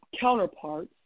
counterparts